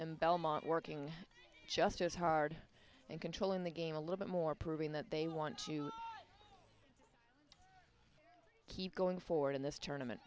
and belmont working just as hard and control in the game a little bit more proving that they want to keep going forward in this tournament